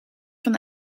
van